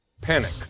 Panic